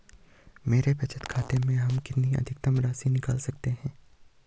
मेरे बचत खाते से हम अधिकतम राशि कितनी निकाल सकते हैं?